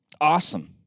awesome